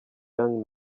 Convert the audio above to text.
young